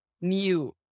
new